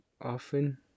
often